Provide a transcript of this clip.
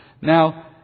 Now